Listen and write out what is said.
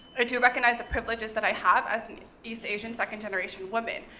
ah to recognize the privileges that i have as east asian second generation woman,